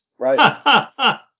Right